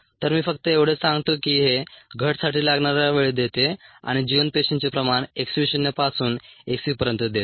तर मी फक्त एवढेच सांगतो की हे घटसाठी लागणारा वेळ देते आणि जिवंत पेशींचे प्रमाण x v शून्य पासून x v पर्यंत देते